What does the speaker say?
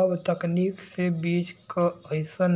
अब तकनीक से बीज के अइसन